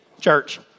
church